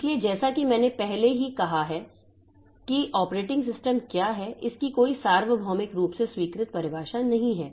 इसलिए जैसा कि मैंने पहले ही कहा कि ऑपरेटिंग सिस्टम क्या है इसकी कोई सार्वभौमिक रूप से स्वीकृत परिभाषा नहीं है